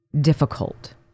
difficult